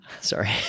Sorry